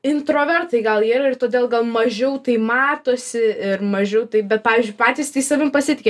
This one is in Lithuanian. introvertai gal jie yra ir todėl gal mažiau tai matosi ir mažiau taip bet pavyzdžiui patys tai savim pasitiki